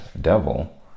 devil